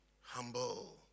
Humble